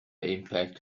impact